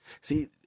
see